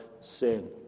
sin